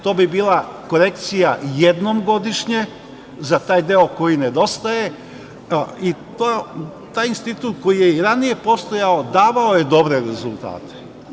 To bi bila korekcija jednom godišnje za taj deo koji nedostaje i taj institut koji je i ranije postojao davao je dobre rezultate.